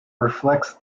reflects